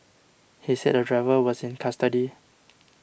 he said the driver was in custody